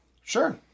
Sure